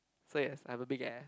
so yes I've a big ass